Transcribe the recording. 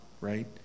Right